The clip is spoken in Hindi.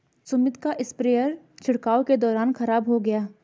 सुमित का स्प्रेयर छिड़काव के दौरान खराब हो गया